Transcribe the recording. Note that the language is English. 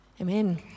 Amen